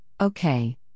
okay